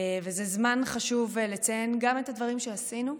זה זמן חשוב לציין גם את הדברים שעשינו,